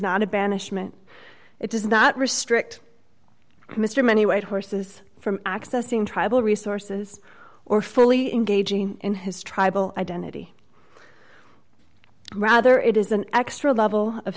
not a banishment it does not restrict mr many white horses from accessing tribal resources or fully engaged in his tribal identity rather it is an extra level of